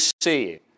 see